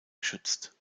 geschützt